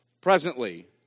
presently